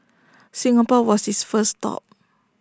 Singapore was his first stop